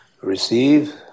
receive